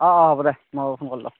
অ অ হ'ব দে মই অলপ সোনকালে যাম